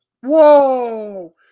Whoa